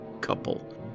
couple